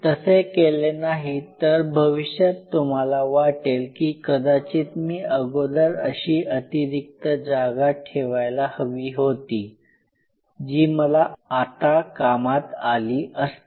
तसे केले नाही तर भविष्यात तुम्हाला वाटेल की कदाचित मी अगोदर अशी अतिरिक्त जागा ठेवायला हवी होती जी मला आता कामात आली असती